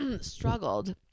struggled